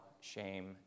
shame